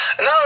No